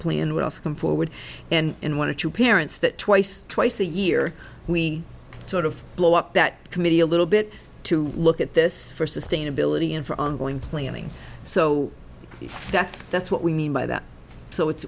will come forward and in one or two parents that twice twice a year we sort of blow up that committee a little bit to look at this for sustainability and for ongoing planning so that's that's what we mean by that so it's